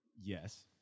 Yes